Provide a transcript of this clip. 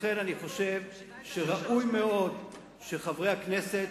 לכן אני חושב שראוי מאוד שחברי הכנסת,